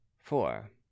four